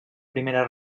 primera